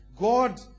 God